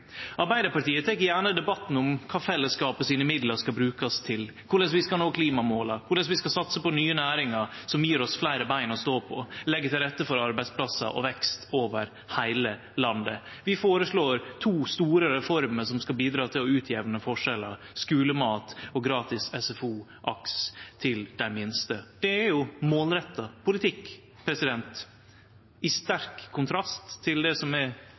Arbeidarpartiet tek gjerne debatten om kva fellesskapet sine midlar skal brukast til, korleis vi skal nå klimamåla, korleis vi skal satse på nye næringar som gjev oss fleire bein å stå på, og leggje til rette for arbeidsplassar og vekst over heile landet. Vi føreslår to store reformer som skal bidra til å utjamne forskjellar: skulemat og gratis SFO og AKS til dei minste. Det er målretta politikk, i sterk kontrast til